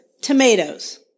tomatoes